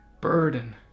burden